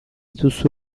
duzu